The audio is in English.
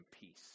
peace